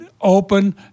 open